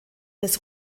des